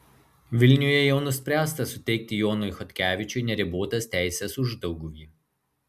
vilniuje jau nuspręsta suteikti jonui chodkevičiui neribotas teises uždauguvy